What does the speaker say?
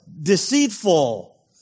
Deceitful